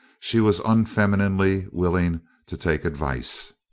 she was unfemininely willing to take advice.